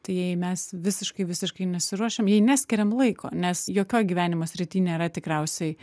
tai jei mes visiškai visiškai nesiruošiam jei neskiriam laiko nes jokioj gyvenimo srity nėra tikriausiai